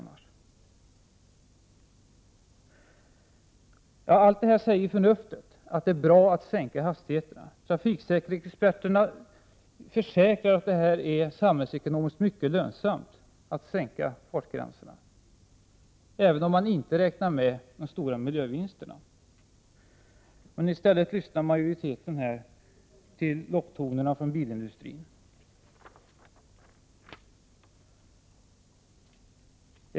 Förnuftet säger att det är bra att sänka hastigheten. Trafiksäkerhetsexperterna försäkrar att det är samhällsekonomiskt mycket lönsamt att sänka fartgränserna, även om man inte räknar med de stora miljövinsterna. I stället lyssnar majoriteten här till locktonerna från bilindustrin.